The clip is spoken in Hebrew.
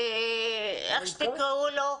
איך שתקראו לו,